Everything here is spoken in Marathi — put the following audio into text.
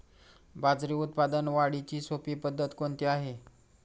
बाजरी उत्पादन वाढीची सोपी पद्धत कोणती आहे?